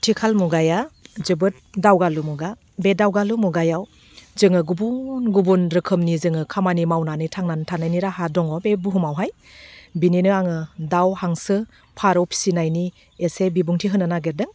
आथिखाल मुगाया जोबोद दावगालु मुगा बे दावगालु मुगायाव जोङो गुबुन गुबुन रोखोमनि जोङो खामानि मावनानै थांनानै थानायनि राहा दङ बे बुहुमावहाय बेनिनो आङो दाउ हांसो फारौ फिसिनायनि एसे बिबुंथि होनो नागिरदों